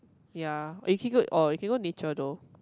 ya or you can good or you can go nature though